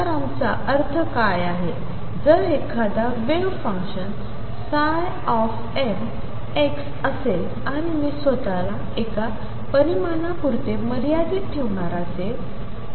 तर आमचा अर्थ काय आहे जर एखादा वेव्ह फंक्शन mx असेल आणि मी स्वतःला एका परिमाणा पुरते मर्यादित ठेवणार असेल